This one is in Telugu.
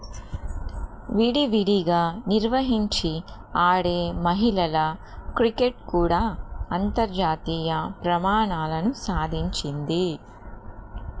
విడివిడిగా నిర్వహించి ఆడే మహిళల క్రికెట్ కూడా అంతర్జాతీయ ప్రమాణాలను సాధించింది